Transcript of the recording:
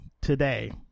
today